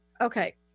Okay